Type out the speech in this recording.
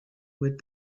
would